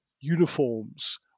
uniforms